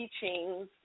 teachings